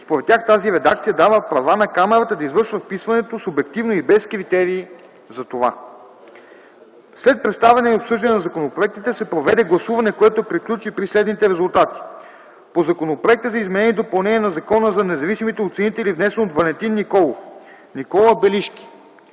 Според тях тази редакция дава права на камарата да извършва вписването субективно и без критерии за това. След представяне и обсъждане на законопроектите се проведе гласуване, което приключи при следните резултати: - по Законопроекта за изменение и допълнение на Закона за независимите оценители, внесен от Валентин Николов, Никола Белишки